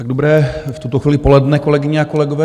Tak dobré v tuto chvíli poledne, kolegyně a kolegové.